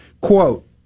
Quote